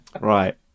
right